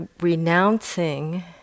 renouncing